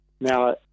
Now